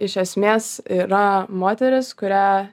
iš esmės yra moteris kurią